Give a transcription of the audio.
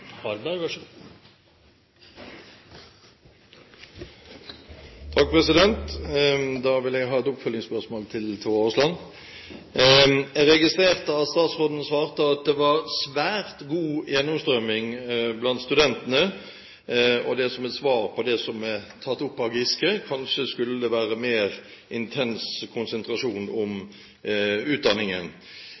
Da vil jeg ha et oppfølgingsspørsmål til Tora Aasland. Jeg registrerte at statsråden svarte at det var svært god gjennomstrømming blant studentene, og det som et svar på det som er tatt opp av Giske; kanskje skulle det være mer intens konsentrasjon om utdanningen.